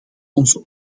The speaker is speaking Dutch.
onze